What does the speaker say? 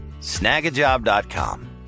Snagajob.com